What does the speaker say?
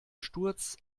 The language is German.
sturz